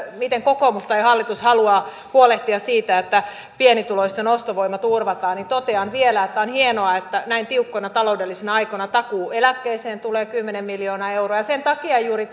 miten kokoomus tai hallitus haluaa huolehtia siitä että pienituloisten ostovoima turvataan totean vielä että on hienoa että näin tiukkoina taloudellisina aikoina takuueläkkeeseen tulee kymmenen miljoonaa euroa ja sen takia juuri